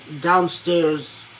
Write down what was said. downstairs